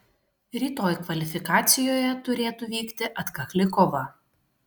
rytoj kvalifikacijoje turėtų vykti atkakli kova